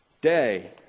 day